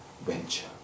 venture